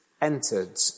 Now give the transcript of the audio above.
entered